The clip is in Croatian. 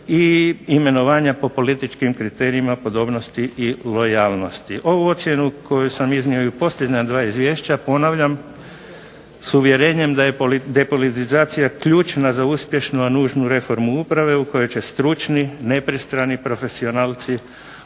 i imenovanja po političkim kriterijima podobnosti i lojalnosti. Ovu ocjenu koju sam iznio i u posljednja dva izvješća ponavljam s uvjerenjem da je depolitizacija ključna za uspješnu, a nužnu reformu uprave u kojoj će stručni, nepristrani profesionalci